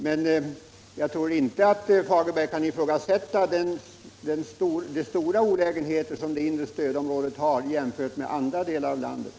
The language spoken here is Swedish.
Men jag tror inte att herr Fagerlund kan ifrågasätta de stora svårigheter som det inre stödområdet har jämfört med andra delar av landet.